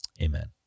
amen